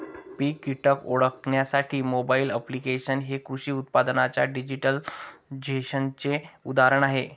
पीक कीटक ओळखण्यासाठी mobile applications हे कृषी उत्पादनांच्या डिजिटलायझेशनचे उदाहरण आहे